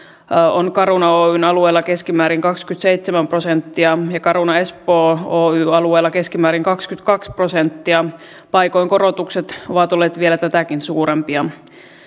on caruna oyn alueella keskimäärin kaksikymmentäseitsemän prosenttia ja caruna espoo oyn alueella keskimäärin kaksikymmentäkaksi prosenttia paikoin korotukset ovat olleet vielä tätäkin suurempia